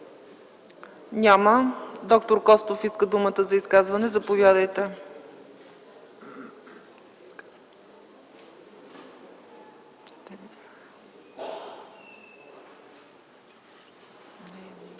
няма. Доктор Костов иска думата за изказване, заповядайте.